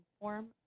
form